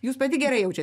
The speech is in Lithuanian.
jūs pati gerai jaučia